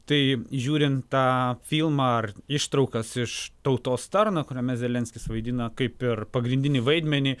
tai žiūrint tą filmą ar ištraukas iš tautos tarno kuriame zelenskis vaidina kaip ir pagrindinį vaidmenį